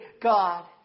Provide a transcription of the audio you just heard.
God